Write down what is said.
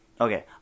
Okay